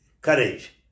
courage